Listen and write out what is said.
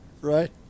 Right